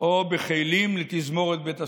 או בכלים לתזמורת בית הספר.